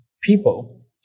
people